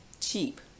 cheap